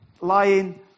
lying